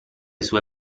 sue